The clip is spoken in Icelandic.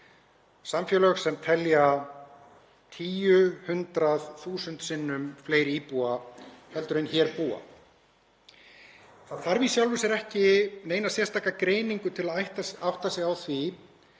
samfélög sem telja tíu, hundrað, þúsund sinnum fleiri íbúa en hér. Það þarf í sjálfu sér ekki neina sérstaka greiningu til að átta sig á því